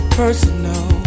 personal